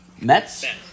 Mets